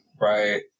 Right